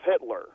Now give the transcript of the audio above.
Hitler